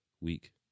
week